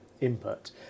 input